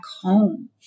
home